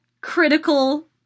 critical